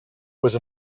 with